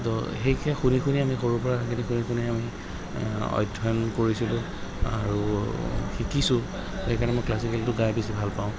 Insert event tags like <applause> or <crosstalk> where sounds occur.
তো সেইকে শুনি শুনি আমি সৰুৰ পৰা <unintelligible> শুনি শুনি আমি অধ্যয়ন কৰিছিলোঁ আৰু শিকিছোঁ সেইকাৰণে মই ক্লাছিকেলটো গাই বেছি ভাল পাওঁ